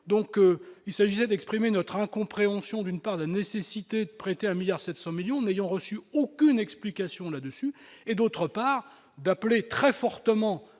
donc il s'agit d'exprimer notre incompréhension d'une part la nécessité de prêter 1 milliard 700 millions n'ayant reçu aucune explication là-dessus et, d'autre part d'appeler très fortement